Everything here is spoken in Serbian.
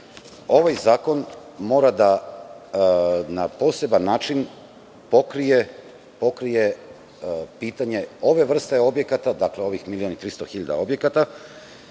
Ovaj zakon mora da na poseban način pokrije pitanje ove vrste objekata, ovih 1.300.000 objekata,